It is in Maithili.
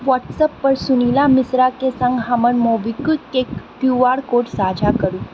व्हाट्सअप पर सुनीला मिश्रा के सङ्ग हमर मोबीक्विक के क्यू आर कोड साझा करू